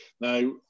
Now